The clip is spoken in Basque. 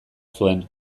zuen